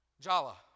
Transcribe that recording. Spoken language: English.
Jala